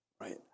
right